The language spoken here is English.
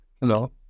Hello